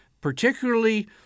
particularly